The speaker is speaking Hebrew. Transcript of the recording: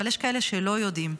אבל יש כאלה שלא יודעים.